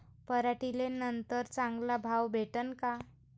पराटीले नंतर चांगला भाव भेटीन का?